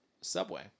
Subway